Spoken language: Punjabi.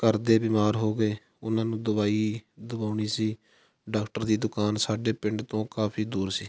ਘਰਦੇ ਬਿਮਾਰ ਹੋ ਗਏ ਉਹਨਾਂ ਨੂੰ ਦਵਾਈ ਦਵਾਉਣੀ ਸੀ ਡਾਕਟਰ ਦੀ ਦੁਕਾਨ ਸਾਡੇ ਪਿੰਡ ਤੋਂ ਕਾਫੀ ਦੂਰ ਸੀ